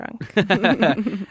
drunk